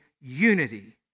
unity